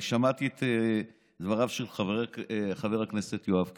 שמעתי את דבריו של חבר הכנסת יואב קיש,